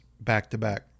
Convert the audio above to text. back-to-back